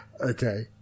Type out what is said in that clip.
okay